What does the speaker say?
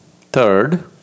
Third